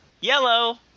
Yellow